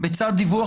דבר נוסף